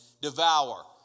devour